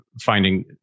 finding